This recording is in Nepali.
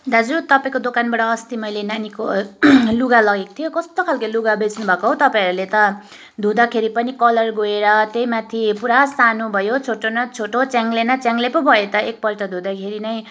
दाजु तपाईँको दोकानबाट अस्ति मैले नानीको लुगा लगेको थिएँ कस्तो खालके लुगा बेच्नुभएको हौ तपाईँहरूले त धुँदाखेरि पनि कलर गएर त्यही माथि पुरा सानो भयो छोटो न छोटो च्याङ्ले न च्याङ्ले पो भयो त एकपल्ट धुँदाखेरि नै